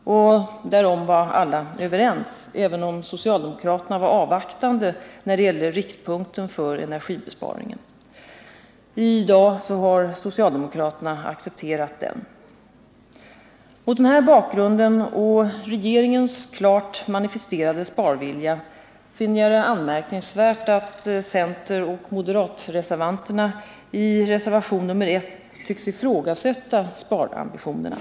Därom var alla överens, även om socialdemokraterna var avvaktande när det gällde riktpunkten för energibesparingen. I dag har socialdemokraterna accepterat den. Mot denna bakgrund och regeringens klart manifesterade sparvilja finner jag det anmärkningsvärt att centeroch moderatreservanterna i reservation nr 1 tycks ifrågasätta sparambitionerna.